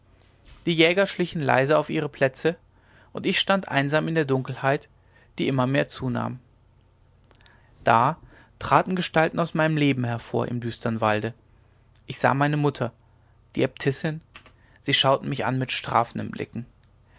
die jäger schlichen leise auf ihre plätze und ich stand einsam in der dunkelheit die immer mehr zunahm da traten gestalten aus meinem leben hervor im düstern walde ich sah meine mutter die äbtissin sie schauten mich an mit strafenden blicken